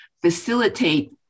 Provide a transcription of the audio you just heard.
facilitate